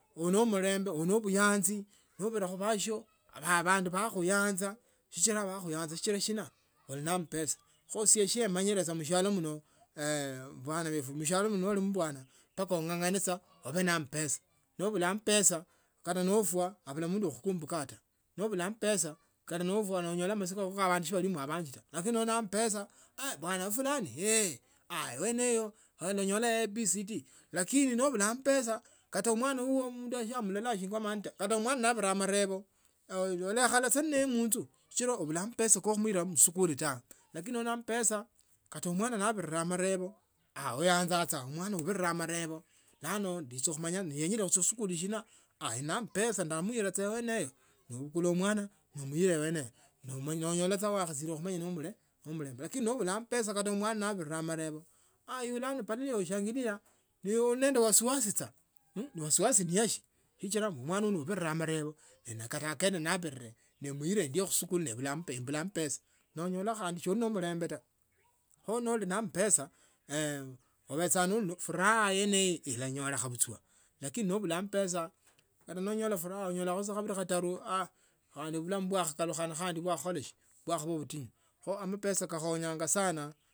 Uli nende mulembe uli nende buyanzi nobira khubasio nebandu bakhuyanza sichila bakhuyanza sichila sina oli nende ampesa kho sisie siemanyinbe musbialo mnu mwana wefwe mshialo mno mpaka ungangane saa ube ne ampesa nobula ambesa kata nofwa abuloo mundu akakumbuka nobula ambesa kata nofwa bandu shibalimio banji taa lakini noma ne ambesa mwanawefwe wa fulani aah ene eye olanyola abcd lakini nobula ambesa kata mwana nabira amerebo shinga manda kata mwana nabira amerebo olekhala saa nenaye munzu sichila ubula ambesa ko khumuila eskuli lakini nobane ambesa kata mwana ne abire amanebo aah uyanza sa omwana abire marebo bulano ucha khumanya uchichanga khushughuli shina aah ndi nende ambesa nemuila saa aene yo nebukula mwana nomuita ene eyo, nomanya wakhamenya nomulembe nobula ampesa kala mwana ne abire marebo bulano badala ya ushangilio ule nende wasiwasi taa mmh wasiwasi ni ya si sichilamwana uno abire morebo nekata akene nabire nemuila endio khusikuli nembula ambesa nonyola khandi so oli no omulembe taa kho no oli na ambesa ubecha no oli ne furaha yeneyo. ilanyolekha buchwa busa lakini nobula ambesa kata nonyola furaha onyolakho kabili khatanu khandi bulamu bwakhakalukhana bwakhaba butinyu. Kho amapesa kakhonyanga sana.